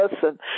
person